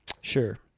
Sure